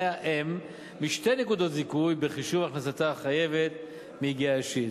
האם משתי נקודות זיכוי בחישוב הכנסתה החייבת מיגיעה אישית.